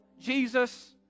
Jesus